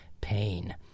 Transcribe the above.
pain